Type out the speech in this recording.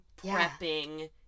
prepping